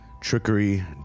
trickery